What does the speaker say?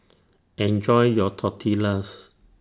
Enjoy your Tortillas